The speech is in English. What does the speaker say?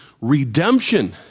redemption